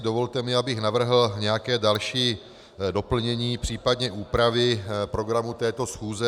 Dovolte mi, abych navrhl další doplnění, případně úpravy programu této schůze.